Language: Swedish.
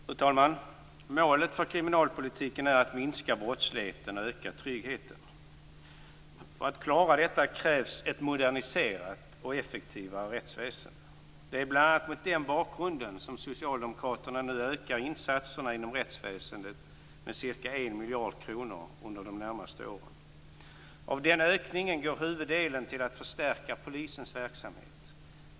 Fru talman! Målet för kriminalpolitiken är att minska brottsligheten och öka tryggheten. För att klara detta krävs ett moderniserat och effektivare rättsväsende. Det är bl.a. mot den bakgrunden som Socialdemokraterna nu ökar insatserna inom rättsväsendet med ca 1 miljard kronor under de närmaste åren. Av den ökningen går huvuddelen till att förstärka polisens verksamhet.